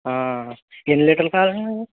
ఎన్ని లీటర్లు కావాలండి మీకు